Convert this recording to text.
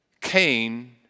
Cain